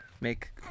Make